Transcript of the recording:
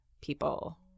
people